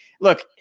look